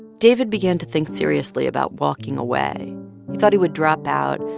david began to think seriously about walking away. he thought he would drop out,